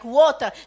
water